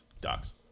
Docs